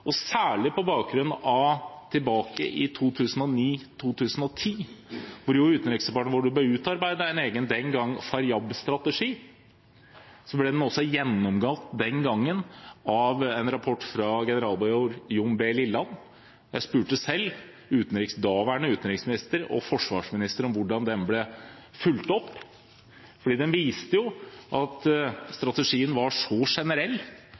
særlig på bakgrunn av tiden tilbake i 2009–2010, hvor det i Utenriksdepartementet den gang ble utarbeidet en egen Faryab-strategi. Den ble den gangen gjennomgått i en rapport av generalmajor Jon B. Lilland. Jeg spurte selv daværende utenriksminister og forsvarsminister om hvordan den rapporten ble fulgt opp, fordi den viste at strategien var så generell